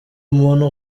umuntu